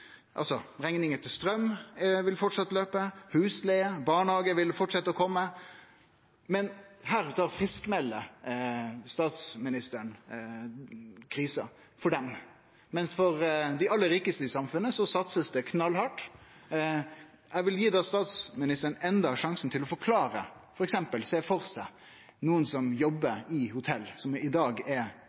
til straum vil framleis kome, rekningane til husleige og barnehage vil fortsetje å kome. Men her friskmelder statsministeren desse for krisa – mens det blir satsa knallhardt for dei aller rikaste i samfunnet. Eg vil gi statsministeren enda ein sjanse til å forklare, om ho ser for seg f.eks. nokon som jobbar på hotell, og som i dag er